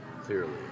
Clearly